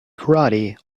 karate